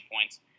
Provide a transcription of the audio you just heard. points